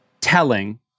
telling